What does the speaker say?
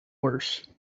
worse